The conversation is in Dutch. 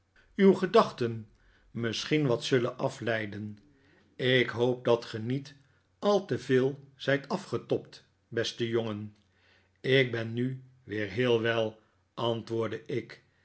uw gedachten misschien wat zullen afleiden ik hoop dat ge niet al te veel zijt afgetobd beste jongen ik ben nu weer heel wel antwoordde ik